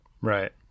Right